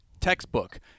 textbook